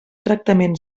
tractament